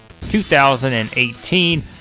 2018